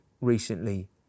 recently